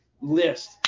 list